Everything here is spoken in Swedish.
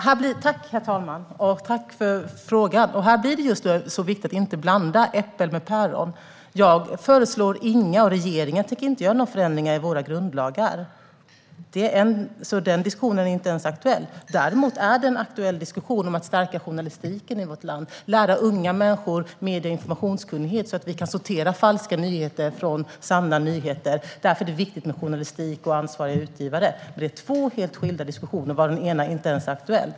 Herr talman! Jag tackar för frågan. Här är det viktigt att inte blanda äpplen med päron. Jag föreslår inga förändringar i våra grundlagar, och regeringen tänker inte göra några sådana. Den diskussionen är inte ens aktuell. Däremot förs det en aktuell diskussion om att stärka journalistiken i vårt land och lära unga människor medie och informationskunnighet, så att vi kan sortera falska nyheter från sanna nyheter. Då är det viktigt med journalistik och ansvariga utgivare. Det är alltså två helt skilda diskussioner, varav den ena inte ens är aktuell.